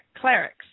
clerics